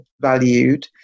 valued